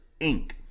Inc